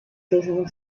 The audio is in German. saison